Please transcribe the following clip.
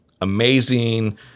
amazing